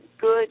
good